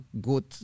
good